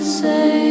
say